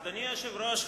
אדוני היושב-ראש,